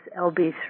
LB3